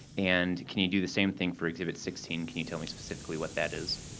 and can you do the same thing for exhibit sixteen? can you tell me specifically what that is?